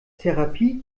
therapie